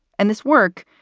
and this work,